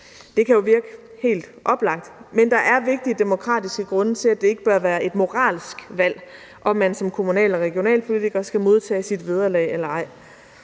Det kan jo virke helt oplagt, men der er vigtige demokratiske grunde til, at det ikke bør være et moralsk valg, om man som kommunal- og regionalpolitiker skal modtage sit vederlag eller ej.